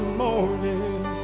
morning